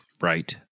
Right